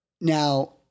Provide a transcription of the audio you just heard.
now